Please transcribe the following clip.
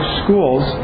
schools